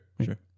Sure